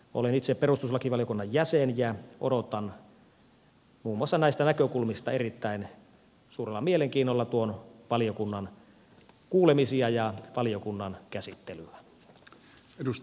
olen itse perustuslakivaliokunnan jäsen ja odotan muun muassa näistä näkökulmista erittäin suurella mielenkiinnolla tuon valiokunnan kuulemisia ja valiokunnan käsittelyä